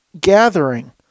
gathering